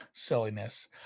silliness